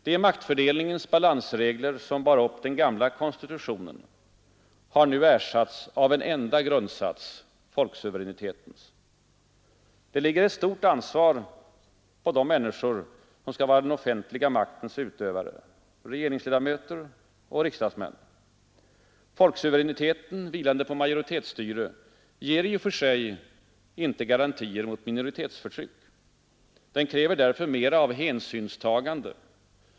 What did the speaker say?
De maktfördelningens balansregler som bar upp den gamla konstitutionen har nu ersatts av en enda grundsats — folksuveränitetens. Det ligger ett stort ansvar på de människor som skall vara den offentliga maktens utövare — regeringsledamöter och riksdagsmän. Folksuveräniteten — vilande på majoritetsstyre ger i och för sig inte garantier mot minoritetsförtryck. Den kräver därför mera av hänsynstagande.